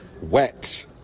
wet